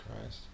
Christ